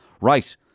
Right